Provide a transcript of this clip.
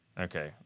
Okay